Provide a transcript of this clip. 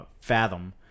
fathom